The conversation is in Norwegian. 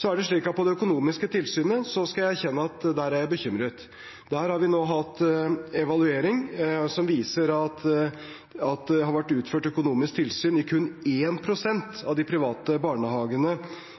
Så er det slik at når det gjelder det økonomiske tilsynet, skal jeg erkjenne at der er jeg bekymret. Der har vi nå hatt en evaluering som viser at det har vært utført økonomisk tilsyn i kun 1 pst. av de private barnehagene